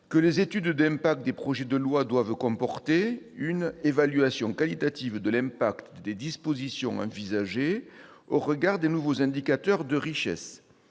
que les études d'impact des projets de loi doivent comporter une « évaluation qualitative de l'impact des dispositions envisagées au regard des nouveaux indicateurs de richesse